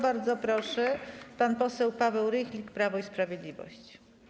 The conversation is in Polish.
Bardzo proszę, pan poseł Paweł Rychlik, Prawo i Sprawiedliwość.